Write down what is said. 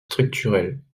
structurelle